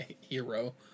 hero